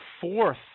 fourth